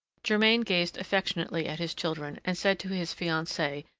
germain gazed affectionately at his children, and said to his fiancee,